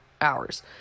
hours